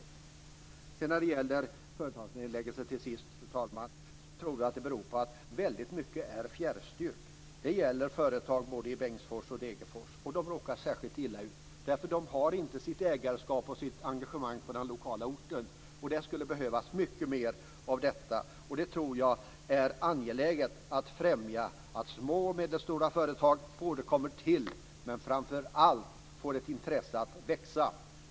När det till sist gäller företagsnedläggelser, fru talman, tror jag att det beror på att mycket är fjärrstyrt. Det gäller företag både i Bengtsfors och i Degerfors. De råkar särskilt illa ut, därför att de har inte sitt ägarskap och sitt engagemang på den lokala orten. Det skulle behövas mycket mer av detta. Jag tror att det är angeläget att främja att små och medelstora företag både kommer till och framför allt får ett intresse att växa.